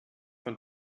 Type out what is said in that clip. von